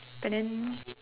but then